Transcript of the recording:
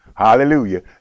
Hallelujah